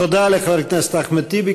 תודה לחבר הכנסת אחמד טיבי.